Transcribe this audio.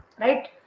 right